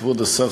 כבוד השר,